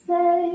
Say